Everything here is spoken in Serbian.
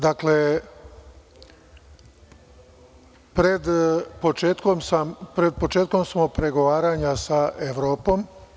Dakle, pred početkom smo pregovaranja sa Evropom.